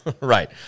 Right